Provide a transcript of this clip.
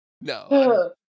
No